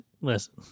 Listen